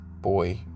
boy